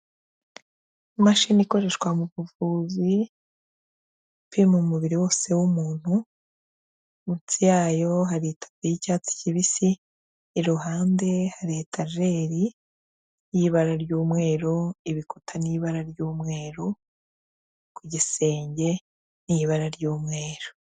Imashini ikoreshwa mu buvuzi ipima umubiri wose w'umuntu, munsi yayo hari itapi y'icyatsi kibisi, iruhande hari etajeri y'ibara ry'umweru, ibikuta ni ibara ry'umweru ku gisenge ni ibara ry'umweru.